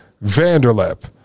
vanderlip